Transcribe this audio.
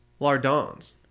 lardons